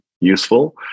useful